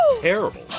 terrible